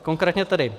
Konkrétně tedy: